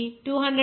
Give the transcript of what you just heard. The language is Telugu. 15 K మరియు 18